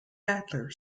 adler